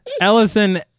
Ellison